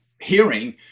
hearing